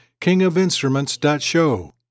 kingofinstruments.show